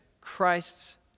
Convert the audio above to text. Christ's